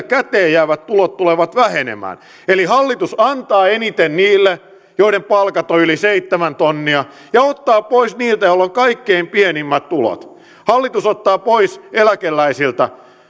käteen jäävät tulot tulevat vähenemään eli hallitus antaa eniten heille joiden palkat ovat yli seitsemän tonnia ja ottaa pois niiltä joilla on kaikkein pienimmät tulot hallitus ottaa pois kaikilta eläkeläisiltä